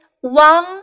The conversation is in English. one